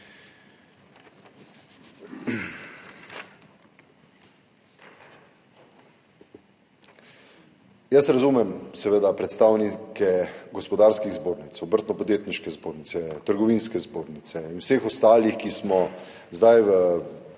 razumem predstavnike gospodarskih zbornic, Obrtno-podjetniške zbornice, Trgovinske zbornice in vseh ostalih, ki smo zdaj